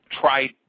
try